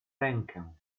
rękę